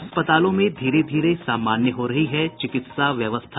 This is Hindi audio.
अस्पतालों में धीरे धीरे सामान्य हो रही है चिकित्सा व्यवस्था